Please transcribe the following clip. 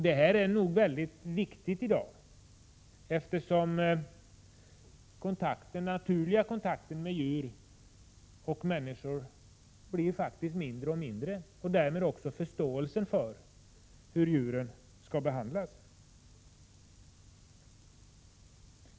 Det är mycket viktigt i dag, eftersom de naturliga kontakterna mellan djur och människor blir mindre och mindre och därmed också förståelsen för hur djuret skall behandlas.